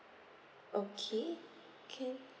okay can